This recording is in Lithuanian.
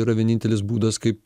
yra vienintelis būdas kaip